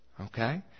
Okay